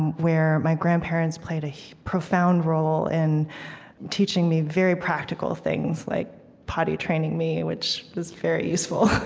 where my grandparents played a profound role in teaching me very practical things like potty-training me, which was very useful.